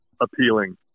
appealing